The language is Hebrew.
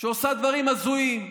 שעושה דברים הזויים.